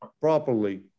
properly